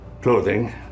clothing